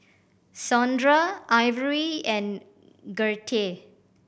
Saundra Ivory and Gertie